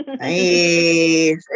Hey